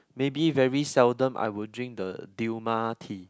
maybe very seldom I would drink the Dilmah tea